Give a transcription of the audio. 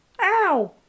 Ow